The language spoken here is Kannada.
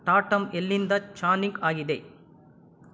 ಟಾಟಮ್ ಎಲ್ಲಿಂದ ಚಾನಿಗ್ ಆಗಿದೆ